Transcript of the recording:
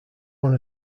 one